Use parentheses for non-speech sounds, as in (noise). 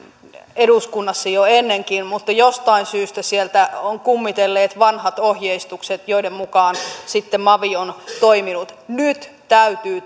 eduskunnassa jo ennenkin mutta jostain syystä sieltä ovat kummitelleet vanhat ohjeistukset joiden mukaan sitten mavi on toiminut nyt täytyy (unintelligible)